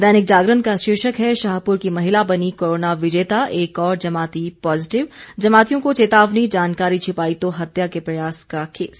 दैनिक जागरण का शीर्षक है शाहपुर की महिला बनी कोरोना विजेता एक और जमाती पॉजिटिव जमातियों को चेतावनी जानकारी छिपाई तो हत्या के प्रयास का केस